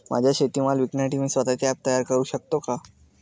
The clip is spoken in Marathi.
माझा शेतीमाल विकण्यासाठी मी स्वत:चे ॲप तयार करु शकतो का?